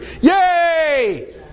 Yay